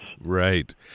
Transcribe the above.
Right